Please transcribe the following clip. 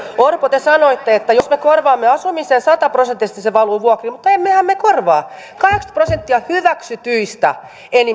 orpo te sanoitte että jos me korvaamme asumisen sataprosenttisesti se valuu vuokriin mutta emmehän me korvaa kahdeksankymmentä prosenttia hyväksytyistä